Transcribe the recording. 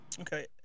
Okay